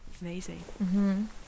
Amazing